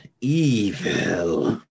Evil